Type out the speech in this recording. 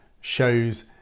shows